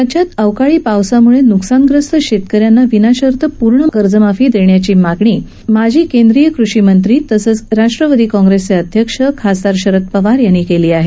राज्यात अवकाळी पावसामुळे नुकसानग्रस्त शेतकऱ्यांना विनाशर्त संपूर्ण कर्जमाफी देण्याची मागणी माजी केंद्रीय कृषी मंत्री तसंच राष्ट्रवादी काँग्रेसचे अध्यक्ष खासदार शरद पवार यांनी केली आहे